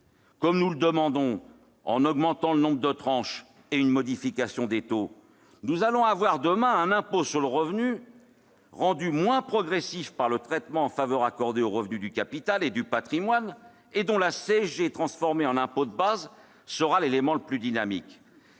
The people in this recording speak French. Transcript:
comme nous le demandons, avec une augmentation du nombre de tranches et une modification des taux, nous aurons, demain, un impôt sur le revenu rendu moins progressif par le traitement de faveur accordé aux revenus du capital et du patrimoine, dont la CSG, transformée en impôt de base, sera l'élément le plus dynamique.